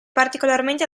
particolarmente